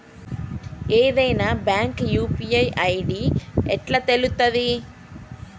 ఏదైనా bank UPI ID ఎట్లా తెలుత్తది?